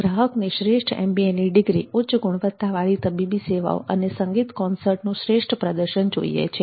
ગ્રાહકને શ્રેષ્ઠ એમબીએ ની ડિગ્રી ઉચ્ચ ગુણવત્તાની તબીબી સેવાઓ અથવા સંગીત કોન્સર્ટનું શ્રેષ્ઠ પ્રદર્શન જોઈએ છે